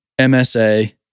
MSA